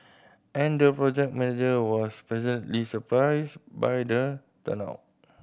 and the project manager was pleasantly surprised by the turnout